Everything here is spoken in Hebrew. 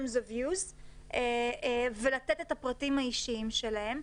of use ולתת את הפרטים האישיים שלהם,